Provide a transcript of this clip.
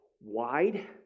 wide